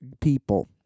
people